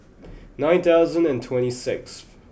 nine thousand and twenty sixth